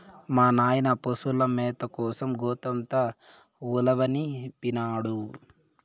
మా నాయన పశుల మేత కోసం గోతంతో ఉలవనిపినాడు